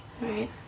right